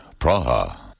Praha